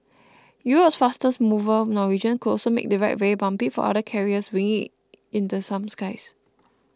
Europe's fastest mover Norwegian could also make the ride very bumpy for other carriers winging it in the same skies